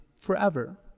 forever